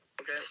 Okay